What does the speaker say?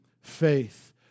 faith